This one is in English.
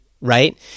right